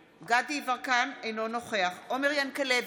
אינו נוכח עומר ינקלביץ'